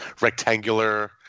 rectangular